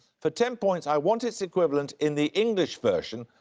for ten points, i want its equivalent in the english version.